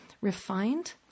refined